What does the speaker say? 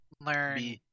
learn